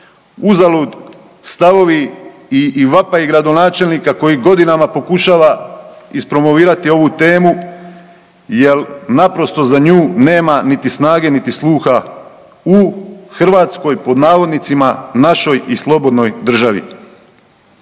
uzalud stavovi i vapaji gradonačelnika koji godinama pokušava ispromovirati ovu temu jer naprosto za nju nema niti snage niti sluha u Hrvatskoj pod navodnicima našoj i slobodnoj državi.